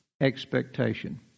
expectation